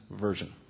Version